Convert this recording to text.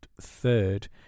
third